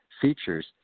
features